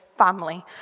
family